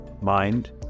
Mind